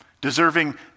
deserving